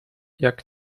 jak